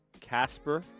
Casper